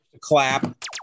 clap